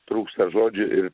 trūksta žodžių ir